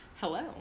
Hello